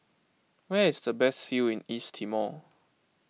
where is the best view in East Timor